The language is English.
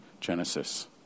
Genesis